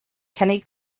kenny